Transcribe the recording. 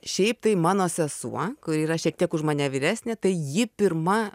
šiaip tai mano sesuo kuri yra šiek tiek už mane vyresnė tai ji pirma